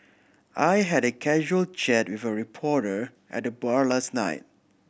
I had a casual chat with a reporter at the bar last night